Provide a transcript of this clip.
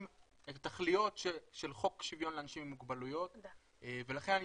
את התכליות של חוק שוויון לאנשים עם מוגבלויות ולכן אני